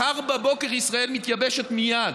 מחר בבוקר ישראל מתייבשת מייד.